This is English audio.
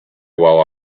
while